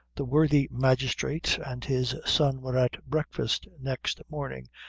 the worthy magistrate and his son were at breakfast next morning,